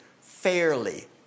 fairly